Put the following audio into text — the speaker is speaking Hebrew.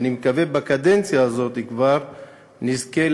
ואני מקווה שבקדנציה הזאת כבר נזכה